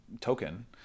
Token